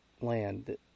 land